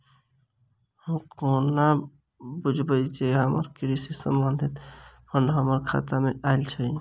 हम कोना बुझबै जे हमरा कृषि संबंधित फंड हम्मर खाता मे आइल अछि?